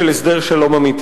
יום ארוך היום.